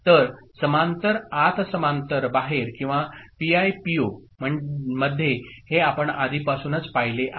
तर समांतर आत समांतर बाहेर किंवा पीआयपीओ मध्ये हे आपण आधीपासूनच पाहिले आहे